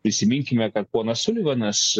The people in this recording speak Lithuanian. prisiminkime kad ponas sulivanas